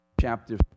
chapter